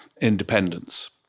independence